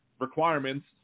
requirements